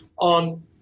on